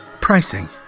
pricing